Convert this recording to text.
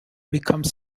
become